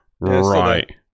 right